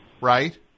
Right